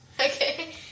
Okay